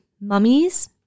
mummies